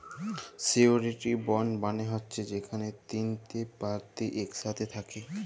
surety bond মালে হছে যেখালে তিলটে পার্টি ইকসাথে থ্যাকে